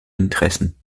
interessen